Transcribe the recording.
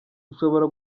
ushobora